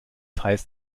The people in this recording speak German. heißt